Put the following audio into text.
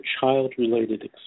child-related